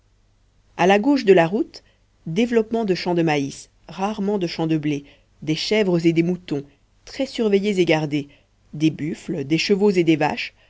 a la gauche de la route développement de champs de maïs rarement de champs de blé des chèvres et des moutons très surveillés et gardés des buffles des chevaux et des vaches